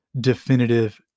definitive